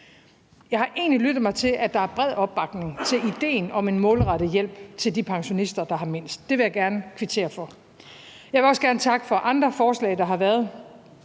Jeg har egentlig lyttet mig til, at der er bred opbakning til idéen om en målrettet hjælp til de pensionister, der har mindst. Det vil jeg gerne kvittere for. Jeg vil også gerne takke for andre forslag, der har været.